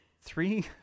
Three